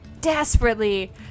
desperately